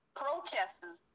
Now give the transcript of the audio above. protesters